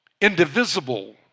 Indivisible